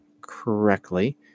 correctly